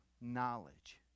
knowledge